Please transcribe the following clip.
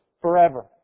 forever